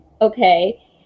okay